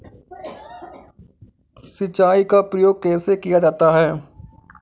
सिंचाई का प्रयोग कैसे किया जाता है?